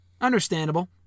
Understandable